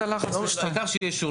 העיקר שיהיה אישור.